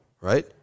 right